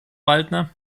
waldner